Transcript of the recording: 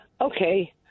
okay